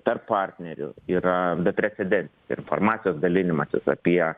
tarp partnerių yra beprecedentis ir informacijos dalinimasis apie